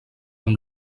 amb